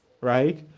right